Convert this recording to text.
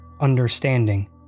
Understanding